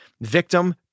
victim